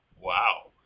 Wow